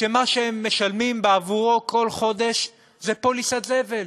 שמה שהם משלמים בעבורו כל חודש זה פוליסת זבל,